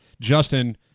Justin